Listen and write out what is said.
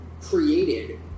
created